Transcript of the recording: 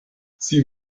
sie